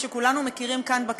לשר הפנים, לשר הפנים הסמכות,